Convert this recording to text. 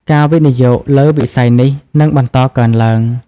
ការវិនិយោគលើវិស័យនេះនឹងបន្តកើនឡើង។